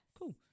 Cool